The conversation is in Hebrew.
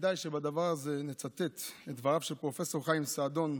וכדאי שבדבר הזה נצטט את דבריו של פרופ' חיים סעדון,